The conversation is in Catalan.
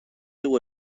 dur